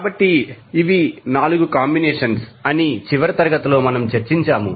కాబట్టి ఇవి 4 కాంబినేషన్స్ అని చివరి తరగతిలో చర్చించాము